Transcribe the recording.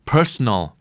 Personal